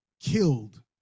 killed